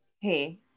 Hey